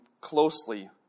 closely